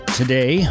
today